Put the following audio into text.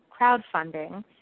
crowdfunding